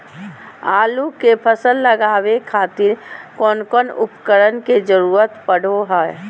आलू के फसल लगावे खातिर कौन कौन उपकरण के जरूरत पढ़ो हाय?